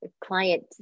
client